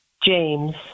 James